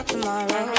Tomorrow